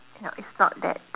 ya it's not that